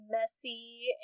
messy